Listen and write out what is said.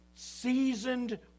Seasoned